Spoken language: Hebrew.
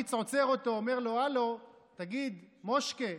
הפריץ עוצר אותו, אומר לו: הלו, תגיד, מושק'ה,